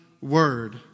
word